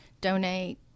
donate